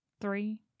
three